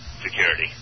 security